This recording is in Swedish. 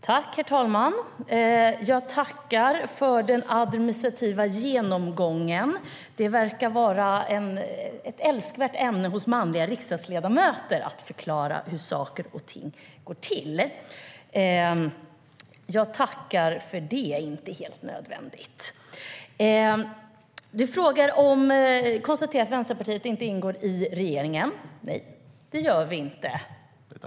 Herr talman! Jag tackar för den administrativa genomgången - det verkar vara ett älskvärt ämne för manliga riksdagsledamöter att förklara hur saker och ting går till - även om den inte var helt nödvändig. Krister Hammarbergh konstaterar att Vänsterpartiet inte ingår i regeringen. Nej, det gör vi inte.